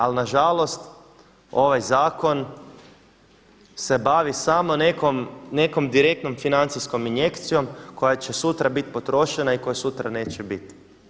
Ali nažalost, ovaj zakon se bavi samo nekom direktnom financijskom injekcijom koja će sutra biti potrošena i koje sutra neće biti.